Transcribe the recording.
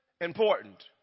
important